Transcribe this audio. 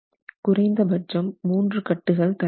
குறைந்த பட்சம் மூன்று கட்டுகள் தர வேண்டும்